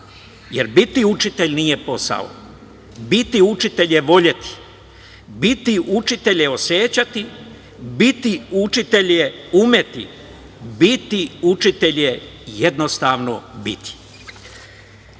jer biti učitelj nije posao. Biti učitelj je voleti. Biti učitelj je osećati, biti učitelj je umeti, biti učitelj je jednostavno biti. Da